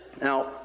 Now